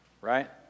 Right